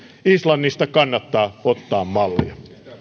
islannista kannattaa ottaa mallia